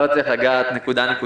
אני לא אצליח לגעת נקודה-נקודה.